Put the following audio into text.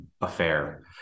affair